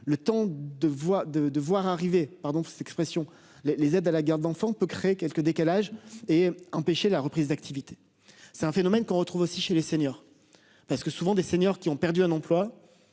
cette expression les les aides à la garde d'enfant peut créer quelques décalages et empêcher la reprise d'activité. C'est un phénomène qu'on retrouve aussi chez les seniors. Parce que souvent des seniors qui ont perdu un emploi.